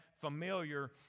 familiar